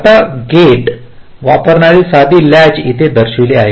आता गेट वापरणारी साधी लॅच इथे दर्शविली आहे